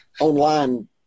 online